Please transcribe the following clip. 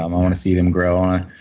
um i want to see them grow on.